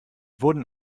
wurden